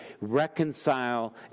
reconcile